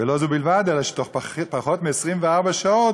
ולא זו בלבד, אלא שבתוך פחות מ-24 שעות